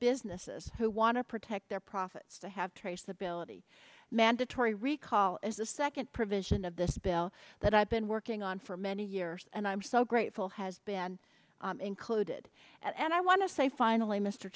businesses who want to protect their profits to have traceability mandatory recall is the second provision of this bill that i've been working on for many years and i'm so grateful has been included and i want to say finally mr